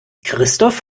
christoph